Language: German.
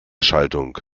schaltung